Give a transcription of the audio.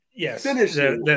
Yes